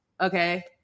Okay